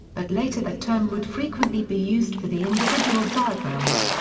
but later that term would frequently be used for the individual diagrams.